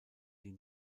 die